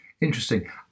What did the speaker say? Interesting